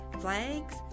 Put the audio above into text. flags